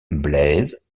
blaise